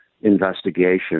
investigation